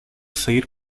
sair